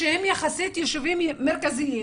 שהם יחסית יישובים מרכזיים